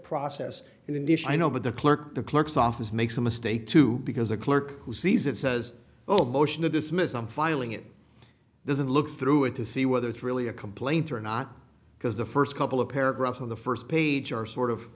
process and in addition i know but the clerk at the clerk's office makes a mistake too because a clerk who sees it says oh motion to dismiss i'm filing it doesn't look through it to see whether it's really a complaint or not because the first couple of paragraphs on the first page are sort of